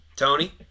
Tony